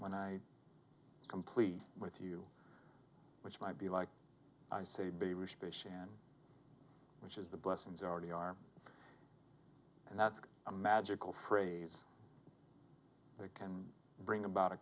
when i complete with you which might be like i say be and which is the blessings already are and that's a magical phrase that can bring about a